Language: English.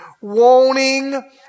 wanting